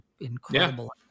incredible